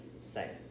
say